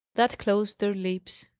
that closed their lips.